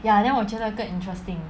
ya then 我觉得更 interesting